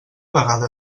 vegada